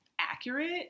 accurate